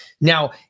now